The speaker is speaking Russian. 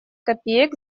копеек